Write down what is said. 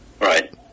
Right